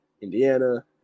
Indiana